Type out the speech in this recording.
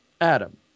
Adam